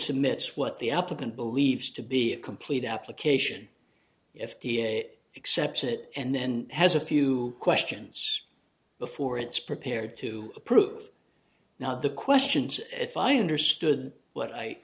admits what the applicant believes to be a complete application if it accepts it and then has a few questions before it's prepared to approve now the questions if i understood what i